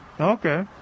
Okay